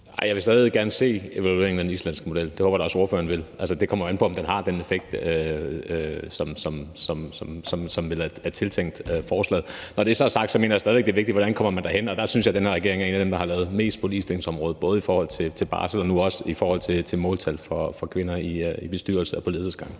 jeg vil stadig gerne se evalueringen af den islandske model, og det håber jeg da også at ordføreren vil. Det kommer jo an på, om den har den effekt, som den er tiltænkt i forslaget. Når det så er sagt, mener jeg stadig væk, det er vigtigt, hvordan man kommer derhen, og der synes jeg, at den her regering er nogle af dem, der har lavet mest på ligestillingsområdet både i forhold til barsel og nu også i forhold til måltal for kvinder i bestyrelser og på ledelsesgange.